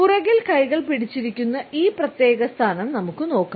പുറകിൽ കൈകൾ പിടിച്ചിരിക്കുന്ന ഈ പ്രത്യേക സ്ഥാനം നമുക്ക് നോക്കാം